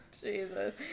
Jesus